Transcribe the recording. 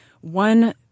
One